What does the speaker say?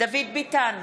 דוד ביטן,